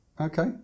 Okay